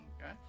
Okay